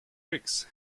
greeks